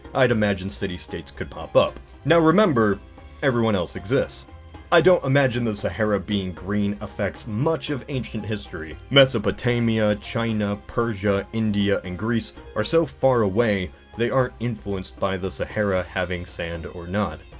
i'd imagine city-states could pop up now remember everyone else exists i don't imagine the sahara being green affects much of ancient history mesopotamia, china, persia, india and greece are so far away they aren't influenced by the sahara having sand or not,